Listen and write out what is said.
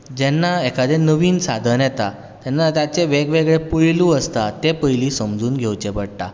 जेन्ना एखादें नवीन साधन येता तेन्ना ताचे वेगवेगळे पहलू आसतात ते पयलीं समजून घेवचे पडटात